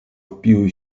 wpiły